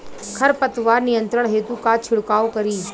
खर पतवार नियंत्रण हेतु का छिड़काव करी?